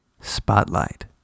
Spotlight